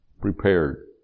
prepared